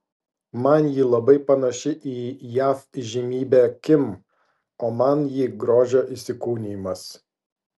man ji labai panaši į jav įžymybę kim o man ji grožio įsikūnijimas